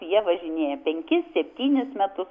jie važinėja penkis septynis metus